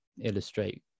illustrate